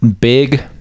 big